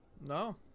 No